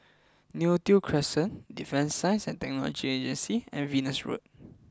Neo Tiew Crescent Defence Science and Technology Agency and Venus Road